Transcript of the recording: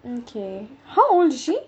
okay how old is she